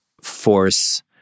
force